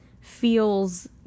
feels